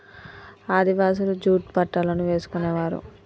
ఆదివాసులు జూట్ బట్టలను వేసుకునేవారు